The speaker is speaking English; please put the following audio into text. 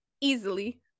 Easily